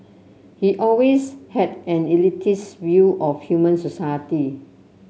he always had an elitist view of human society